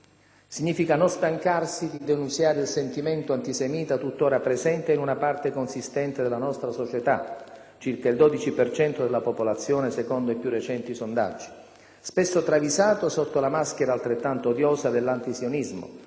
Significa non stancarsi di denunziare il sentimento antisemita tuttora presente in una parte consistente della nostra società (circa il 12 per cento della popolazione, secondo i più recenti sondaggi), spesso travisato sotto la maschera altrettanto odiosa dell'antisionismo,